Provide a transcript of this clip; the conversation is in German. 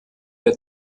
der